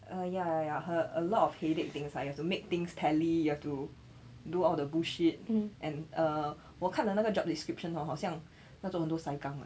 uh ya ya ya her a lot of headache things ah you have to make things tally you have to do all the bullshit and uh 我看了那个 job description hor 好像那种很多 saikang 的